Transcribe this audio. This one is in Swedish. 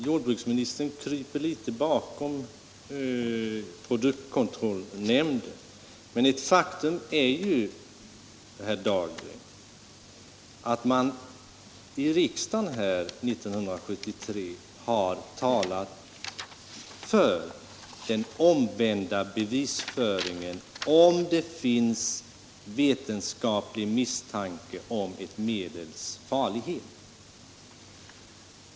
Jordbruksministern kryper i viss mån bakom produktkontrollnämnden, men ett faktum är ju, herr Dahlgren, att man i riksdagen 1973 har uttalat sig för att den omvända bevisföringen skall tillämpas, om det finns vetenskaplig misstanke om ett medels farlighet.